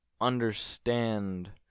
understand